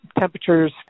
temperatures